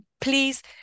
please